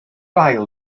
ail